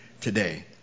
today